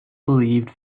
believed